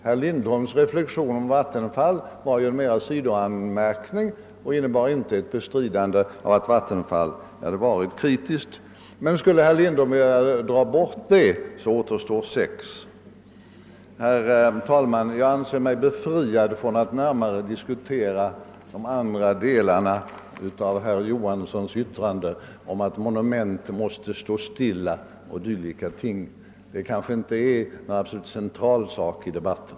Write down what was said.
Herr Lindholms reflexion om Vattenfall var mera en sidoanmärkning och innebar inte ett bestridande av att Vattenfall har varit kritiskt. Men skulle man enligt herr Lindholm bortse från Vattenfall återstår ändå sex kritiska röster. Herr talman! Jag anser mig befriad från att närmare diskutera de andra delarna av herr Johanssons yttrande. Att monument måste stå stilla o. d. är nog inte någon central sak i debatten.